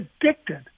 addicted